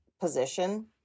position